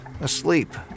asleep